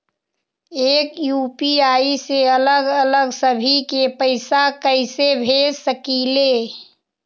एक यू.पी.आई से अलग अलग सभी के पैसा कईसे भेज सकीले?